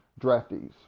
draftees